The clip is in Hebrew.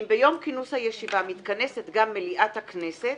אם ביום כינוס הישיבה מתכנסת גם מליאת הכנסת,